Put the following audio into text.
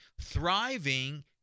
thriving